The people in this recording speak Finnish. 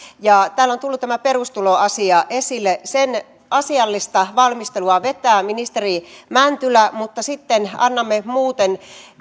täällä on tullut tämä perustuloasia esille sen asiallista valmistelua vetää ministeri mäntylä mutta sitten annamme muuten